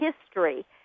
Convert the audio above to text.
history